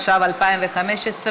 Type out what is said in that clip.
התשע"ו 2015,